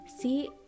see